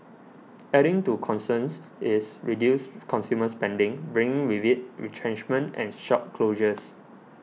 adding to concerns is reduced consumer spending bringing with it retrenchments and shop closures